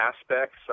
aspects